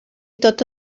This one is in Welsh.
dod